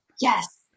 Yes